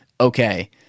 okay –